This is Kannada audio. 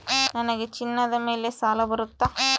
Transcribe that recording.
ನನಗೆ ಚಿನ್ನದ ಮೇಲೆ ಸಾಲ ಬರುತ್ತಾ?